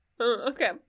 okay